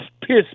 piss